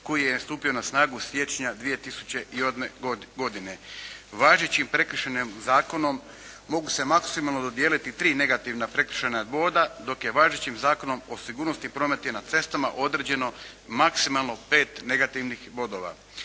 koji je stupio na snagu siječnja 2001. godine. Važećim Prekršajnim zakonom mogu se maksimalno dodijeliti tri negativna prekršajna boda dok je važećim Zakonom o sigurnosti prometa na cestama određeno maksimalno pet negativnih bodova.